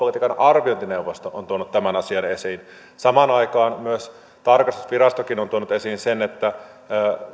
liikkumatilaa talouspolitiikan arviointineuvosto on tuonut tämän asian esiin samaan aikaan tarkastusvirastokin on tuonut esiin sen että